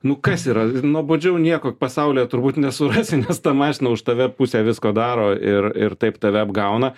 nu kas yra nuobodžiau nieko pasaulyje turbūt nesurasi nes ta mašina už tave pusę visko daro ir ir taip tave apgauna